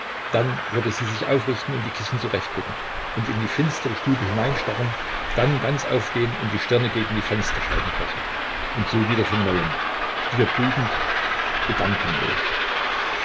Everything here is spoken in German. dann würde sie sich aufrichten und die kissen zurechtrücken und in die finstere stube hineinstarren dann ganz aufstehen und die stirne gegen die fensterscheibe pressen und so wieder von neuem stier brütend gedankenlos